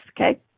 okay